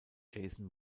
jason